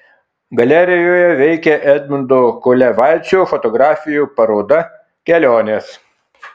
galerijoje veikia edmundo kolevaičio fotografijų paroda kelionės